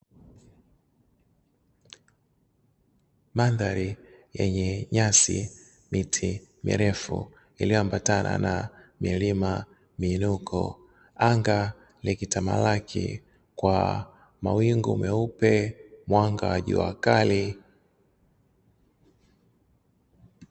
Mandhari yenye nyasi, miti mirefu iliyoambatana na milima, miinuko, anga likitamalaki kwa mawingu meupe, mwanga wa jua kali.